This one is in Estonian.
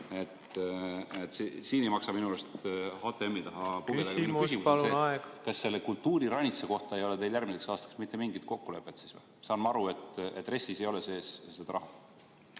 Siin ei maksa minu arust HTM-i taha pugeda. Kas selle kultuuriranitsa kohta ei ole teil järgmiseks aastaks mitte mingit kokkulepet? Saan ma õigesti aru, et RES-is ei ole seda raha